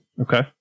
Okay